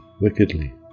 wickedly